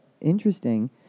interesting